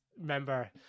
remember